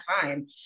time